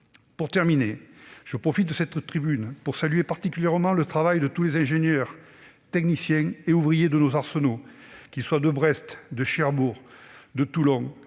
Pour terminer, je profite de cette tribune pour saluer particulièrement le travail de tous les ingénieurs, techniciens et ouvriers de nos arsenaux, qu'ils soient de Brest, de Cherbourg, de Toulon,